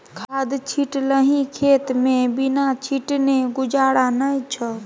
खाद छिटलही खेतमे बिना छीटने गुजारा नै छौ